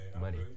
Money